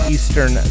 Eastern